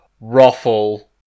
ruffle